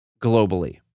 globally